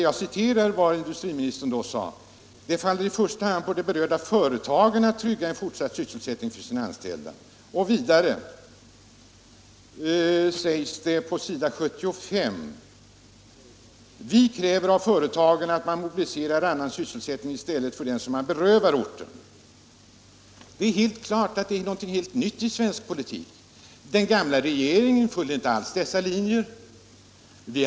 Jag citerar vad industriministern då sade: ”Det faller i första hand på de berörda företagen att trygga en fortsatt sysselsättning för sina anställda.” Vidare sade industriministern, på s. 75: ”Vi kräver av företaget att man mobiliserar annan sysselsättning i stället för den som man berövar orten.” Det är helt klart att detta är något helt nytt i svensk politik. Den gamla regeringen följde inte alls dessa linjer.